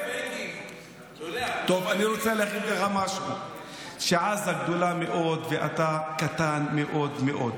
אני רוצה להגיד לך משהו: עזה גדולה מאוד ואתה קטן מאוד מאוד.